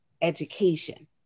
education